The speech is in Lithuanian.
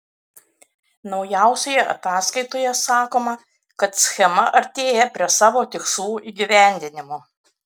naujausioje ataskaitoje sakoma kad schema artėja prie savo tikslų įgyvendinimo